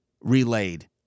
relayed